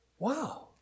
Wow